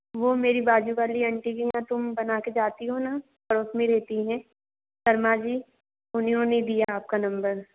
वो मेरी बाज़ू वाली अंटी के यहाँ तुम बनाके जाती हो ना पड़ोस में रहती हैं शर्मा जी उन्होंने दिया आपका नंबर